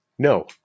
No